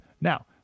now